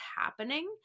happening